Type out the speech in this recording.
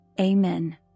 Amen